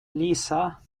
lisa